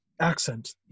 accent